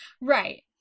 Right